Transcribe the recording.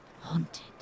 haunted